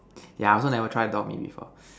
yeah I also never try dog meat before